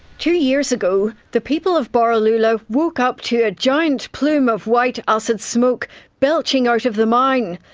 two years ago the people of borroloola woke up to a giant plume of white acid smoke belching out of the mine.